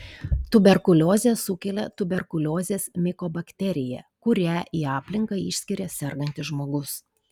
tuberkuliozę sukelia tuberkuliozės mikobakterija kurią į aplinką išskiria sergantis žmogus